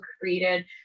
created